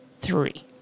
Three